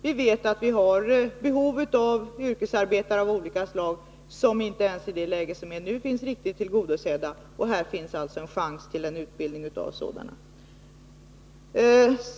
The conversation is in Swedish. Vi vet att vi har behov av yrkesarbetare av olika slag. Inte ens i det läge som vi har nu är det behovet riktigt tillgodosett. Här finns alltså en chans till utbildning av sådana.